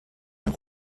eine